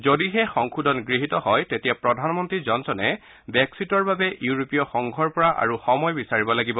যদিহে সংশোধন গহীত হয় তেতিয়া প্ৰধানমন্ত্ৰী জনছনে ব্ৰেক্সিটৰ বাবে ইউৰোপীয় সংঘৰ পৰা আৰু সময় বিচাৰিব লাগিব